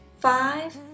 five